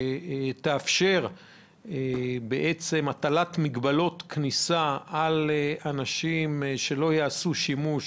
שתאפשר הטלת מגבלות כניסה על אנשים שלא יעשו שימוש